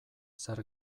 zer